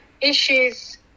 issues